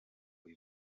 uyu